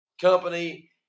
company